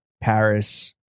Paris